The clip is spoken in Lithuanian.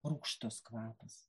rūgštus kvapas